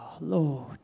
Lord